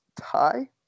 tie